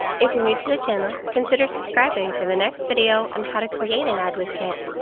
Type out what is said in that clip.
if you're new to the channel, consider subscribing for the next video on how to create an ad with kit.